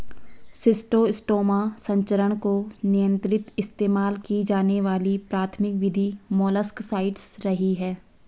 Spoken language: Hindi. शिस्टोस्टोमा संचरण को नियंत्रित इस्तेमाल की जाने वाली प्राथमिक विधि मोलस्कसाइड्स रही है